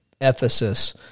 Ephesus